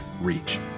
reach